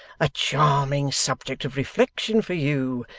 a charming subject of reflection for you,